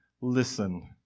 Listen